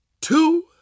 two